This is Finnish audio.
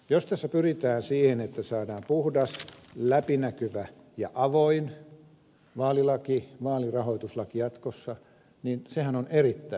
jos tässä pyritään siihen että saadaan puhdas läpinäkyvä ja avoin vaalirahoituslaki jatkossa niin sehän on erittäin hyvä asia